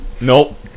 Nope